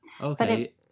okay